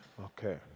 Okay